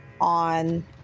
On